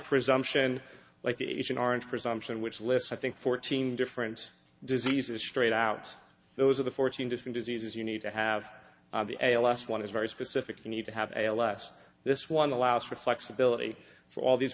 presumption like the agent orange presumption which lists i think fourteen different diseases straight out those are the fourteen different diseases you need to have the ls one is very specific you need to have a less this one allows for flexibility for all these